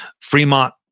Fremont